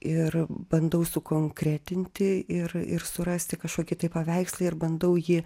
ir bandau sukonkretinti ir ir surasti kažkokį tai paveikslą ir bandau jį